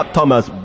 Thomas